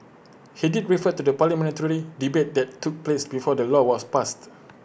he did refer to the parliamentary debate that took place before the law was passed